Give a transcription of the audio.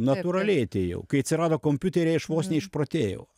natūraliai atėjau kai atsirado kompiuteriai aš vos neišprotėjau